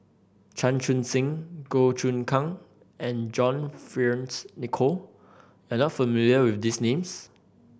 Chan Chun Sing Goh Choon Kang and John Fearns Nicoll are you not familiar with these names